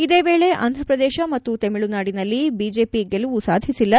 ಇದೇ ವೇಳೆ ಆಂಧ್ರಪ್ರದೇಶ ಮತ್ತು ತಮಿಳುನಾಡಿನಲ್ಲಿ ಬಿಜೆಪಿ ಗೆಲುವು ಸಾಧಿಸಿಲ್ಲ